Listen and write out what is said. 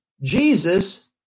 Jesus